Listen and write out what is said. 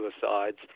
suicides